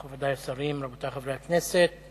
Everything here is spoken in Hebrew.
מכובדי השרים, רבותי חברי הכנסת,